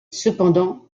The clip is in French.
cependant